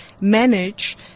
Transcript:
manage –